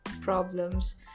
problems